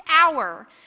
hour